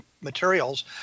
materials